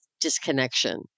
disconnection